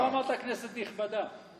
לא אמרת "כנסת נכבדה".